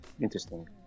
interesting